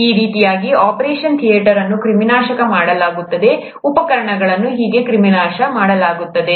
ಈ ರೀತಿಯಾಗಿ operation theatre ಅನ್ನು ಕ್ರಿಮಿನಾಶಕ ಮಾಡಲಾಗುತ್ತದೆ ಉಪಕರಣಗಳನ್ನು ಹೀಗೆ ಕ್ರಿಮಿನಾಶಕ ಮಾಡಲಾಗುತ್ತದೆ